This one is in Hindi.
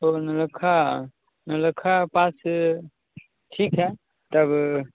तो नौलक्खा नौलक्खा पास ठीक है तब